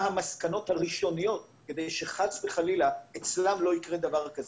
המסקנות הראשוניות כדי שחס וחלילה אצלם לא יקרה דבר כזה.